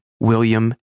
William